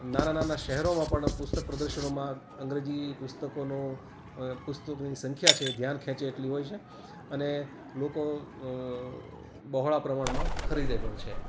નાના નાના શહેરોમાં પણ પુસ્તક પ્રદર્શનોમાં અંગ્રેજી પુસ્તકોનો પુસ્તકોની સંખ્યા છે એ ધ્યાન ખેંચે એટલી હોય છે અને લોકો બહોળા પ્રમાણમાં ખરીદે પણ છે